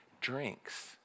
drinks